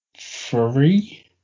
three